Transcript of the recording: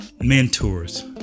mentors